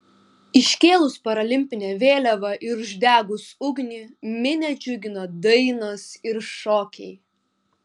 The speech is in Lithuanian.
iškėlus paralimpinę vėliavą ir uždegus ugnį minią džiugino dainos ir šokiai